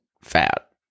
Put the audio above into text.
fat